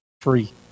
Free